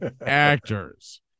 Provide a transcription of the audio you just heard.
actors